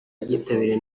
ryitabiriwe